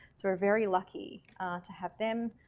so we're very lucky to have them